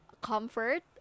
comfort